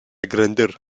grandeur